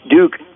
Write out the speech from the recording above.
Duke